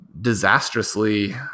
disastrously